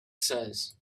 says